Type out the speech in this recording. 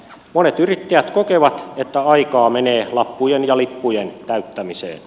monet yrittäjät kokevat että aikaa menee lappujen ja lippujen täyttämiseen